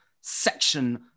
section